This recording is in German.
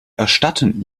erstatten